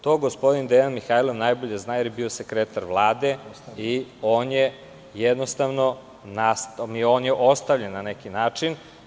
To gospodin Dejan Mihajlov najbolje zna jer je bio sekretar Vlade i on je ostavljen na neki način.